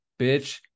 bitch